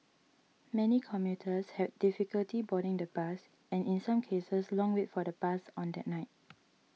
many commuters had difficulty boarding the bus and in some cases long wait for the bus on that night